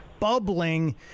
bubbling